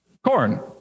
Corn